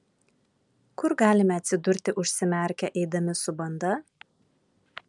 kur galime atsidurti užsimerkę eidami su banda